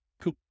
Cool